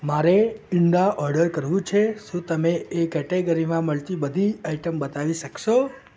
મારે ઇંડા ઑર્ડર કરવું છે શું તમે એ કૅટેગરીમાં મળતી બધી આઇટમ બતાવી શકશો